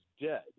dead